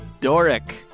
Doric